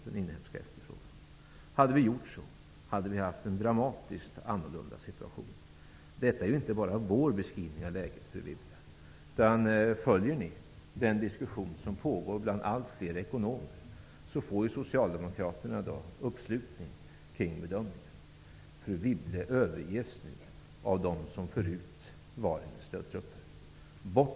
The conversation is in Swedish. Om så hade skett, skulle situationen ha varit dramatiskt annorlunda. Detta är inte bara vår beskrivning av läget, fru Wibble. Följer ni den diskussion som pågår bland allt fler ekonomer vet ni att socialdemokraterna i dag får uppslutning kring sin bedömning. Fru Wibble överges nu av dem som förut var hennes stödtrupper.